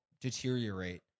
deteriorate